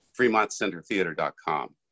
FremontCenterTheater.com